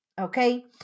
Okay